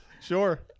Sure